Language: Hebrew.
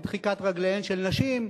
בדחיקת רגליהן של נשים,